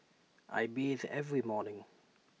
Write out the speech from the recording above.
I bathe every morning